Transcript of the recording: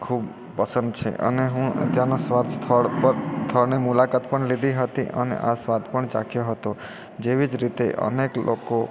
ખૂબ પસંદ છે અને હું ત્યાંનાં સ્વાદ સ્થળ પર સ્થળની મુલાકાત પણ લીધી હતી અને આ સ્વાદ પણ ચાખ્યો હતો જેવી જ રીતે અનેક લોકો